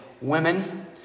Women